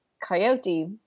Coyote